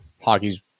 hockey's